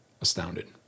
Astounded